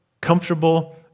comfortable